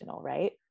right